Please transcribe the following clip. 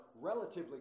relatively